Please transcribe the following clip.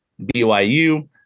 BYU